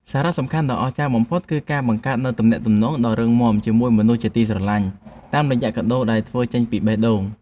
សារៈសំខាន់ដ៏អស្ចារ្យបំផុតគឺការបង្កើតនូវទំនាក់ទំនងដ៏រឹងមាំជាមួយមនុស្សជាទីស្រឡាញ់ តាមរយៈកាដូដែលធ្វើចេញពីបេះដូង។